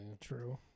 True